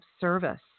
service